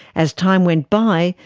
as time went by,